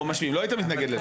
לא היית מתנגד לזה.